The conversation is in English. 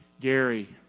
Gary